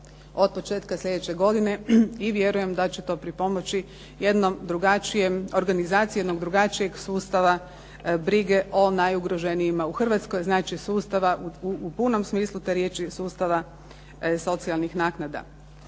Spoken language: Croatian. od početka slijedeće godine i vjerujem da će to pripomoći jednom drugačijem, organizaciji jednog drugačijeg sustava brige o najugroženijima u Hrvatskoj. Znači sustava, u punom smislu te riječi sustava socijalnih naknada.